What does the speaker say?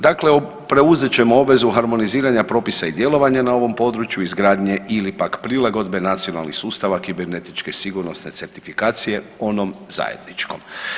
Dakle, preuzet ćemo obvezu harmoniziranja propisa i djelovanje na ovom području izgradnje ili pak prilagodbe nacionalnih sustava kibernetičke sigurnosne certifikacije onom zajedničkom.